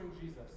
Jesus